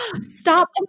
Stop